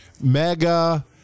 Mega